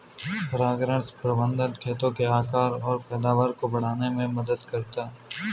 परागण प्रबंधन खेतों के आकार और पैदावार को बढ़ाने में मदद करता है